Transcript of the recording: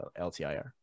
LTIR